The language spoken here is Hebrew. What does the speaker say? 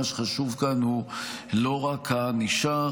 מה שחשוב כאן הוא לא רק הענישה,